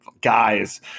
guys